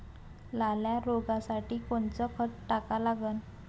लाल्या रोगासाठी कोनचं खत टाका लागन?